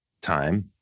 time